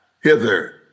hither